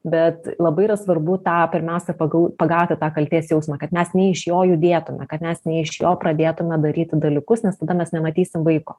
bet labai yra svarbu tą pirmiausia pagau pagautą tą kaltės jausmą kad mes ne iš jo judėtume kad mes ne iš jo pradėtume daryti dalykus nes tada mes nematysim vaiko